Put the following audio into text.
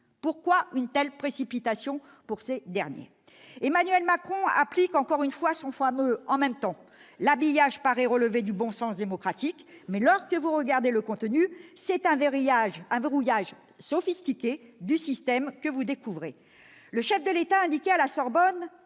Pourquoi une telle précipitation ? Emmanuel Macron applique encore une fois son fameux « en même temps ». L'habillage paraît relever du bon sens démocratique, mais lorsque vous examinez le contenu, c'est un verrouillage sophistiqué du système que vous découvrez. Dans son discours à la Sorbonne,